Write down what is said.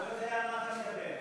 אתה לא יודע על מה אתה מדבר.